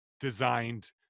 designed